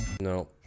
no